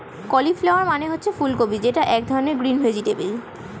cauliflower মানে হচ্ছে ফুলকপি যেটা এক ধরনের গ্রিন ভেজিটেবল